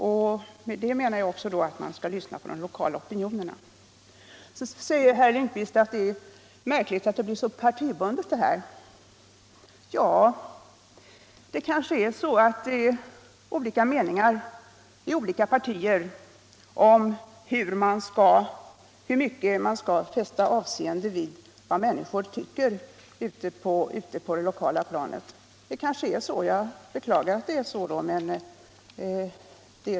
Det är sådana lokala opinioner som jag anser att man skall lyssna till. Sedan säger herr Lindkvst att det är märkligt att denna fråga är så partibunden. Det kanske är så att man har olika uppfattningar i olika partier om vilket avseende man skall fästa vid vad de lokalt berörda tycker. Det är tydligen så, och jag beklagar det.